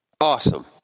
awesome